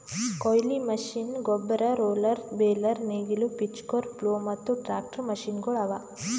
ಕೊಯ್ಲಿ ಮಷೀನ್, ಗೊಬ್ಬರ, roller, baler, ನೇಗಿಲು, ಪಿಚ್ಫೋರ್ಕ್, ಪ್ಲೊ ಮತ್ತ ಟ್ರಾಕ್ಟರ್ ಮಷೀನಗೊಳ್ ಅವಾ